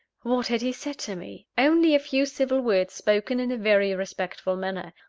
what had he said to me? only a few civil words, spoken in a very respectful manner.